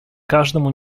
каждому